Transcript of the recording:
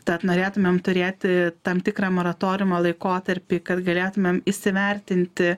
tad norėtumėm turėti tam tikrą maratoriumo laikotarpį kad galėtumėm įsivertinti